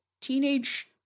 teenage